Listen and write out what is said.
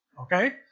okay